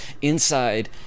inside